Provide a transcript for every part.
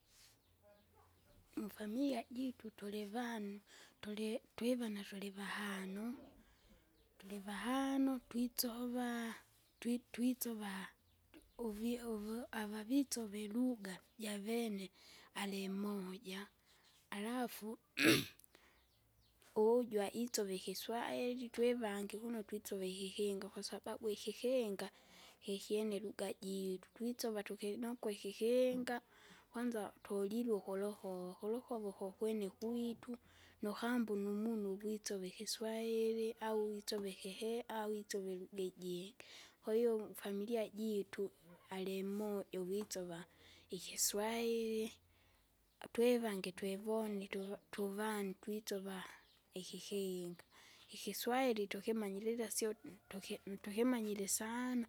mfamilia jitu tulivanu, tuli twivana tulivahano, tulivahano twitsova twitwisova tu uvio ovo avavitsove iruga, javene, alimmoja, alafu, uuju aitsova ikiswairi, twivange kuno twisova ikikinga kwasababu ikikinga ikyene luga luga jiitu, twisova tukinokwa ikikinga, kwanza tolile ukuloko ukulokoko kokwene ukwitu, nukambona umunu witsove ikiswairi au witsove ikihe au wisova iluga ijingi, kwahiyo mfamilia jiitu alimmoja uvitsova, ikiswairi. Atwevange twevone tuva- tuvanu twitsova ikikinga. Ikiswairi tukimanyirele sio ntuki- ntukimanyire sana,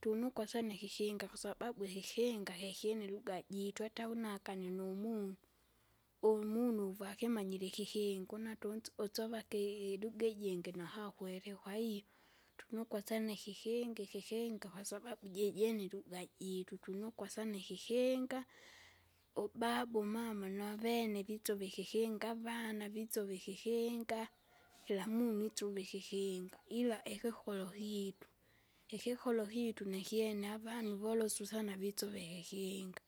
tu- yunokwa sana ikikinga kwasababu ikikinga kikyene luga jiitu, ata unakania numunu. Umunu va akimanyire ikikinga unatunu usova ki iluga ijingi na hakwerewa, kwahiyo, tunokwa sana ikikinga, ikikinga kwasababu jijene iruga jitu, tunokwa sana ikikinga. Ubabu umama navene vitsova ikikinga, avana vitsova ikikinga, kira munu itsova ikikinga, ila ikikolo kiitu, ikilolo kyitu nakyene avanu volosu sana visova ikikinga.